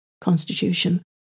constitution